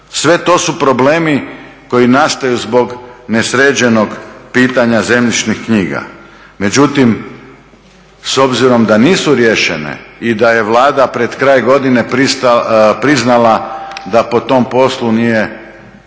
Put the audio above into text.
Sve to su problemi koji nastaju zbog nesređenog pitanja zemljišnih knjiga. Međutim, s obzirom da nisu riješene i da je Vlada pred kraj godine priznala da po tom poslu nije gotovo